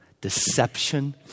deception